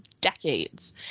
decades